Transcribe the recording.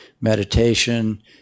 meditation